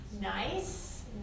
nice